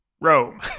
Rome